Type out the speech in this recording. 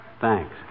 Thanks